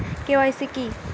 KYC কি?